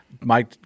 Mike